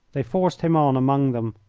they forced him on among them.